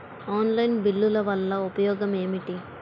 Online బిల్లుల వల్ల ఉపయోగమేమిటీ?